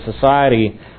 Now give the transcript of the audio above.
society